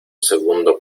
segundo